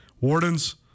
Warden's